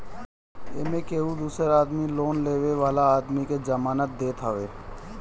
एमे केहू दूसर आदमी लोन लेवे वाला आदमी के जमानत देत हवे